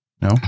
No